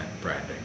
branding